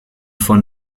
von